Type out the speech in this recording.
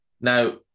Now